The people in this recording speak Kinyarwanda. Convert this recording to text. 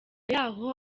y’aho